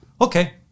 Okay